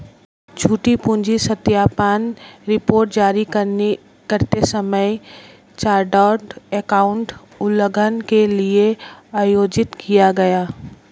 झूठी पूंजी सत्यापन रिपोर्ट जारी करते समय चार्टर्ड एकाउंटेंट उल्लंघन के लिए आयोजित किया गया